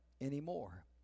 anymore